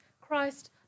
Christ